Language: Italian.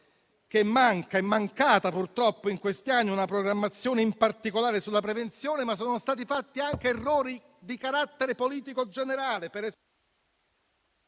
ricordandole che purtroppo in questi anni è mancata una programmazione, in particolare sulla prevenzione, ma sono stati fatti anche errori di carattere politico generale...